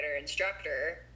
instructor